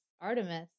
Artemis